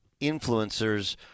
influencers